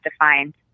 defined